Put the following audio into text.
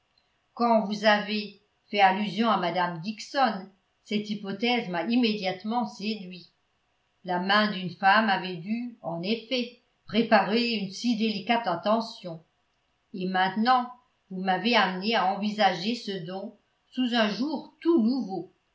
quand vous avez fait allusion à mme dixon cette hypothèse m'a immédiatement séduit la main d'une femme avait dû en effet préparer une si délicate attention et maintenant vous m'avez amené à envisager ce don sous un jour tout nouveau